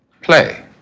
play